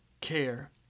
care